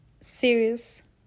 serious